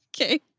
Okay